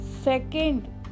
second